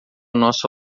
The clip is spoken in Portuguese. nosso